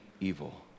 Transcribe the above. evil